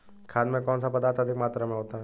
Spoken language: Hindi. खाद में कौन सा पदार्थ अधिक मात्रा में होता है?